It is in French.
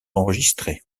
enregistré